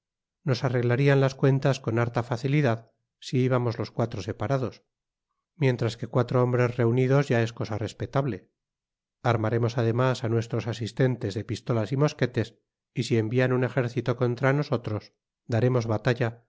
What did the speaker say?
nos arrreglarian las cuentas con harta facilidad si íbamos los cuatro separados mientras que cuatro hombres reunidos ya es cosa respetable armaremos además á nuestros asistentes de pistolas y mosquetes y si envian un ejército contra nosotros daremos batalla